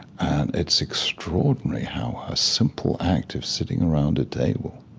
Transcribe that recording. it's extraordinary how a simple act of sitting around a table